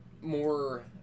more